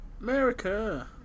America